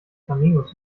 flamingos